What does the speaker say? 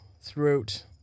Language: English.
throughout